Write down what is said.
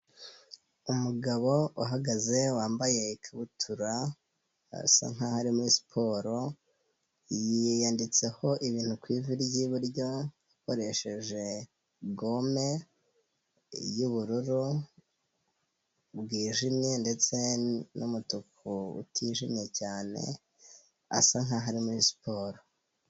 Umugabo uhagaze wambaye ikabutura, arasa nkaho ari muri siporo, yiyanditseho ibintu ku ivi ry'iburyo akoresheje gome y'ubururu bwijimye ndetse n'umutuku utijimye cyane, asa nkaho ari muri siporo.